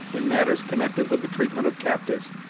in matters connected with the treatment of captives,